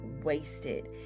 wasted